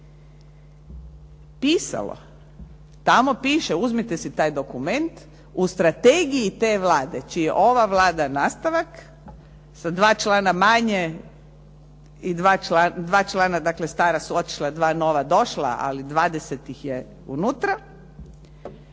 pisalo, tamo piše, uzmite si taj dokument, u strategiji te Vlade čiji je ova Vlada nastavak sa dva člana manje, dva člana dakle stara su otišla, dva nova došla, ali 20 ih je unutra,